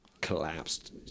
collapsed